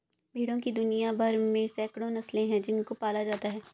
भेड़ों की दुनिया भर में सैकड़ों नस्लें हैं जिनको पाला जाता है